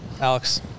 Alex